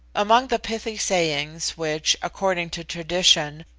among the pithy sayings which, according to tradition,